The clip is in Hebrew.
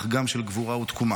אך גם של גבורה ותקומה.